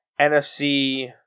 NFC